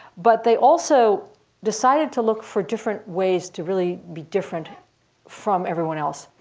but they also decided to look for different ways to really be different from everyone else.